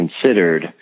considered